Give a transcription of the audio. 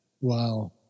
Wow